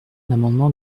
l’amendement